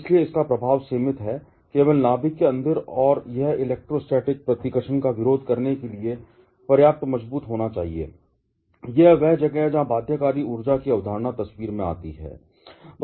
इसलिए इसका प्रभाव सीमित है केवल नाभिक के अंदर और यह इलेक्ट्रोस्टैटिक प्रतिकर्षण का विरोध करने के लिए पर्याप्त मजबूत होना चाहिए और यह वह जगह है जहां बाध्यकारी ऊर्जा की अवधारणा तस्वीर में आती है